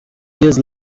years